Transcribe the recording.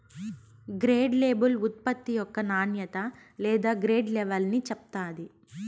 grade label ఉత్పత్తి యొక్క నాణ్యత లేదా గ్రేడ్ లెవల్ని చెప్తాది